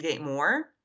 more